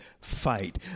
fight